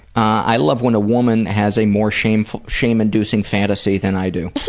i love when a woman has a more shame-inducing shame-inducing fantasy than i do.